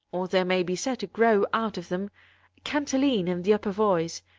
or there may be said to grow out of them, a cantilene in the upper voice,